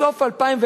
בסוף 2010,